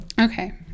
Okay